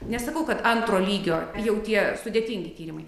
nesakau kad antro lygio jau tie sudėtingi tyrimai